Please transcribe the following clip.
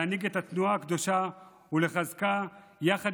להנהיג את התנועה הקדושה ולחזקה יחד